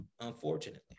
unfortunately